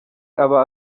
aba